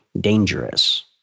dangerous